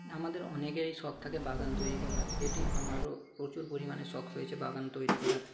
আমাদের অনেকেরই শখ থাকে বাগান তৈরি করার যেটি আমারও প্রচুর পরিমাণে শখ রয়েছে বাগান তৈরি করার